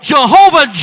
Jehovah